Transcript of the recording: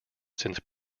since